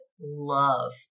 love